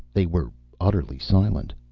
they were utterly silent.